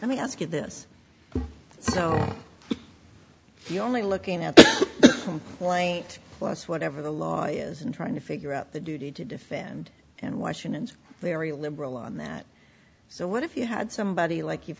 let me ask you this so you're only looking at it plus whatever the law is and trying to figure out the duty to defend and washington's very liberal on that so what if you had somebody like you've